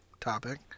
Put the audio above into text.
topic